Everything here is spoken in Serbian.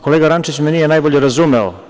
Kolega Rančić me nije najbolje razumeo.